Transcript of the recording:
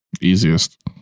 Easiest